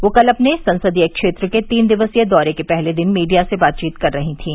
वह कल अपने संसदीय क्षेत्र के तीन दिवसीय दौरे के पहले दिन मीडिया से बातचीत कर रही थीं